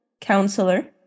counselor